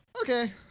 Okay